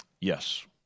Yes